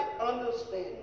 understanding